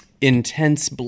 intense